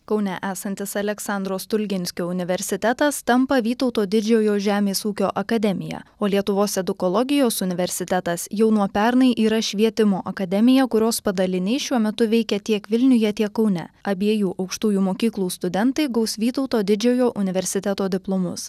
kaune esantis aleksandro stulginskio universitetas tampa vytauto didžiojo žemės ūkio akademiją o lietuvos edukologijos universitetas jau nuo pernai yra švietimo akademija kurios padaliniai šiuo metu veikia tiek vilniuje tiek kaune abiejų aukštųjų mokyklų studentai gaus vytauto didžiojo universiteto diplomus